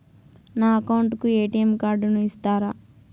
నా అకౌంట్ కు ఎ.టి.ఎం కార్డును ఇస్తారా